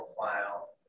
profile